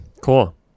Cool